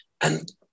And-